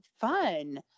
fun